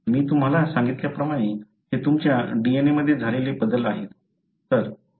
मी तुम्हाला सांगितल्याप्रमाणे हे तुमच्या DNA मध्ये झालेले बदल आहेत